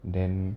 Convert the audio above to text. then